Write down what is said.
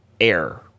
air